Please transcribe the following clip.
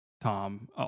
tom